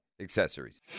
Accessories